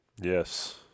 Yes